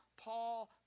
Paul